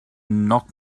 knocked